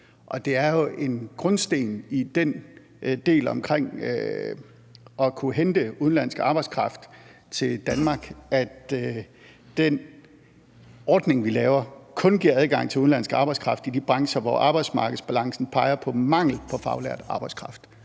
Det er jo en grundsten i den del omkring at kunne hente udenlandsk arbejdskraft til Danmark, at den ordning, vi laver, kun giver adgang til udenlandsk arbejdskraft i de brancher, hvor arbejdsmarkedsbalancen peger på mangel på faglært arbejdskraft.